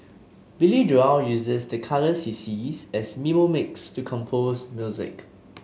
Billy Joel uses the colours he sees as mnemonics to compose music